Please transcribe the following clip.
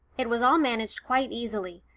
it was all managed quite easily,